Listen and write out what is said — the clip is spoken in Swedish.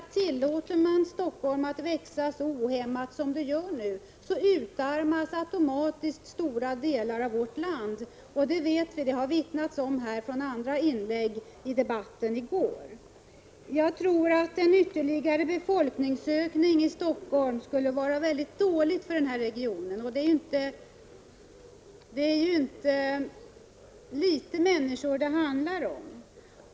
Tillåter man Stockholm att växa ohämmat, som nu sker, utarmas automatiskt stora delar av vårt land. Det vet vi. Det har omvittnats i andra inlägg i debatten i går. Jag tror att en ytterligare befolkningsökning i Stockholm skulle vara väldigt dålig för regionen. Det är inte så få människor det handlar om.